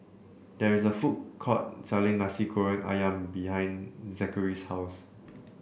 there is a food court selling Nasi Goreng ayam behind Zachary's house